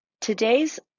today's